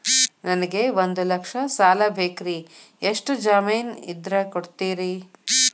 ನನಗೆ ಒಂದು ಲಕ್ಷ ಸಾಲ ಬೇಕ್ರಿ ಎಷ್ಟು ಜಮೇನ್ ಇದ್ರ ಕೊಡ್ತೇರಿ?